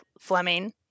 Fleming